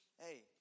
hey